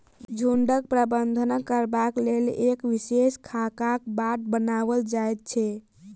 झुंडक प्रबंधन करबाक लेल एक विशेष खाकाक बाट बनाओल जाइत छै